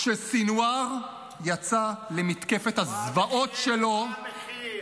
כשסנוואר יצא למתקפת הזוועות שלו, מה המחיר?